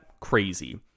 crazy